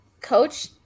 Coach